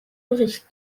bericht